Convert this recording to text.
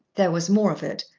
there was more of it,